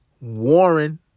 Warren